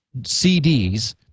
CDs